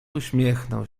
uśmiechnął